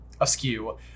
askew